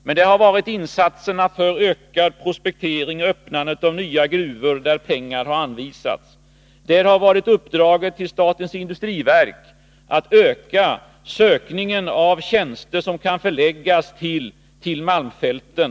Men det har varit insatser för ökad prospektering och öppnande av nya gruvor där pengar har anvisats, och det har varit uppdraget till statens industriverk att öka sökningen av tjänster som kan förläggas till malmfälten.